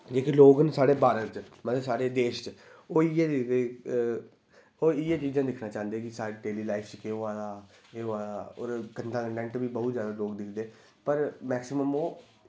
जेह्ड़े लोग न साढ़े भारत च मतलब साढ़े देश च ओह् इ'यै कोई इ'यै चीजां दिखना चाह्ंदे कि साढ़ी डेली लाईफ च केह् होआ दा केह् होआ दा ओह्दे च गंदा कन्टैंट बी बहुत जादा लोग दिखदे पर मैक्सिमम ओह्